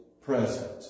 present